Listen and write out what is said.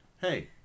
Hey